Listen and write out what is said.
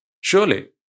Surely